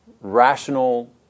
rational